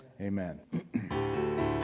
Amen